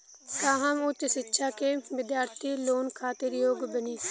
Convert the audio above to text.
का हम उच्च शिक्षा के बिद्यार्थी लोन खातिर योग्य बानी?